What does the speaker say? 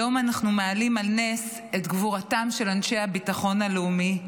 היום אנחנו מעלים על נס את גבורתם של אנשי הביטחון הלאומי,